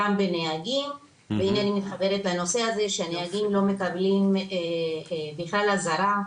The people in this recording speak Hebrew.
גם לנהגים ואני אני מתחברת לנושא הזה שנהגים לא מקבלים בכלל אזהרה,